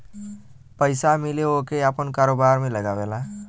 पइसा मिले ओके आपन कारोबार में लगावेला